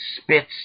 spits